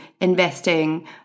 investing